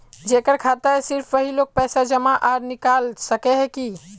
जेकर खाता है सिर्फ वही लोग पैसा जमा आर निकाल सके है की?